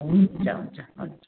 हुन्छ हुन्छ